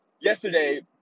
yesterday